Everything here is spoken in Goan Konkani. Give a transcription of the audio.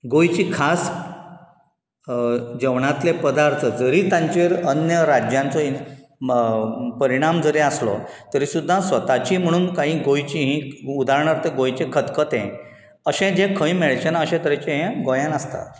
गोंयची खास जेवणातले पदार्थ जरी तांचे अन्य राज्यांचो परिणाम जरी आसलो तरी सुद्दां स्वताची म्हणून कांही गोंयचीं ही उदाहरणार्थ गोंयचें खतखतें अशें जें खंय मेळचेंना अशें तरेचें हे गोंयांत आसता